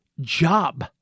job